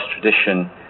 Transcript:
tradition